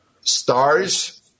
stars